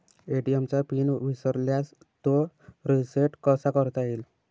ATM चा PIN विसरल्यास तो रिसेट कसा करता येईल?